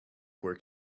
work